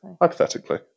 Hypothetically